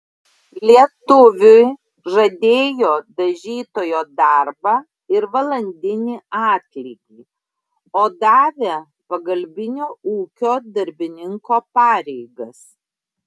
lietuviui žadėjo dažytojo darbą ir valandinį atlygį o davė pagalbinio ūkio darbininko pareigas